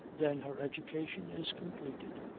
then her education is completed,